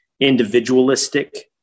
individualistic